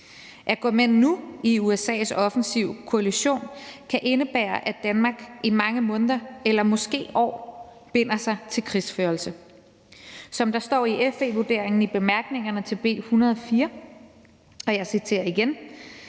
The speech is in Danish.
At gå med nu i USA's offensive koalition kan indebære, at Danmark i mange måneder eller måske år binder sig til krigsførelse. Som der står i FE-vurderingen i bemærkningerne til B 104, og jeg citerer igen: